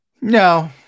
No